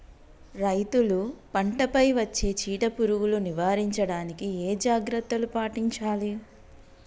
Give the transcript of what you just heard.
రైతులు పంట పై వచ్చే చీడ పురుగులు నివారించడానికి ఏ జాగ్రత్తలు పాటించాలి?